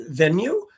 venue